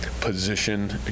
position